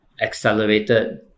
accelerated